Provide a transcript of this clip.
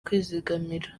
kwizigamira